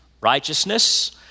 Righteousness